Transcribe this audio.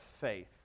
faith